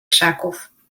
krzaków